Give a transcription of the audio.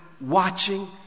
watching